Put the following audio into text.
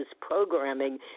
programming